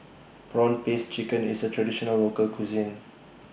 Prawn Paste Chicken IS A Traditional Local Cuisine